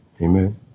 Amen